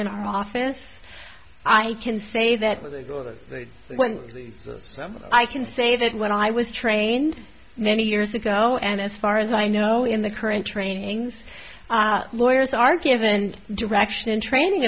in our office i can say that was a good thing when i can say that when i was trained many years ago and as far as i know in the current trainings lawyers are given direction in training